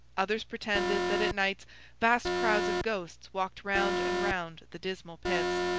others pretended that at nights vast crowds of ghosts walked round and round the dismal pits.